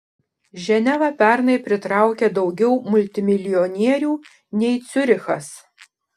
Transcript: ženeva pernai pritraukė daugiau multimilijonierių nei ciurichas